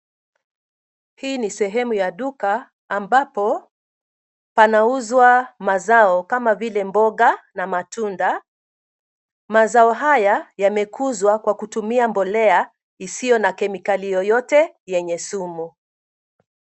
Hii ni sehemu ya duka ambapo panauzwa mazao kama vile mboga na matunda. Mazao haya yamekuzwa kwa kutumia mbolea isiyo na kemikali yoyote yenye sumu.